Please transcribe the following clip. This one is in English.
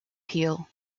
peel